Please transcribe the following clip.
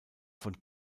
von